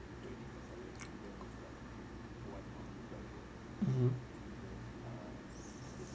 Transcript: mmhmm